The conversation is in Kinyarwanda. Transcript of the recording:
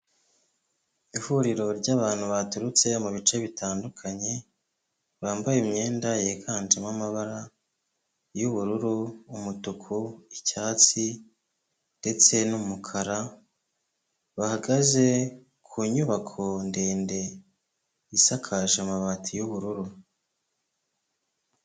Ihuriro ry'abantu baturutse mu bice bitandukanye, bambaye imyenda yiganjemo amabara y'ubururu, umutuku, icyatsi, ndetse n'umukara, bahagaze ku nyubako ndende, isakaje amabati y'ubururu.